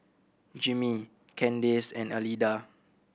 Jimmie Candace and Alida